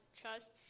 trust